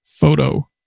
photo